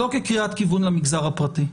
לא כקריאת כיוון למגזר הפרטי.